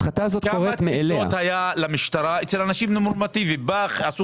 כמה תפיסות היו למשטרה אצל אנשים נורמטיביים עשו